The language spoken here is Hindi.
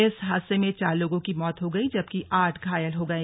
इस हादसे में चार लोगों की मौत हो गई जबकि आठ घायल हो गए